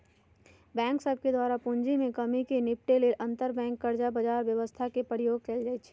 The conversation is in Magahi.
बैंक सभके द्वारा पूंजी में कम्मि से निपटे लेल अंतरबैंक कर्जा बजार व्यवस्था के प्रयोग कएल जाइ छइ